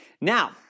Now